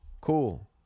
Cool